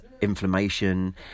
inflammation